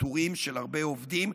לפיטורים של הרבה עובדים,